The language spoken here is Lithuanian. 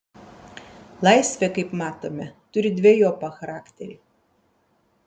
laisvė kaip matome turi dvejopą charakterį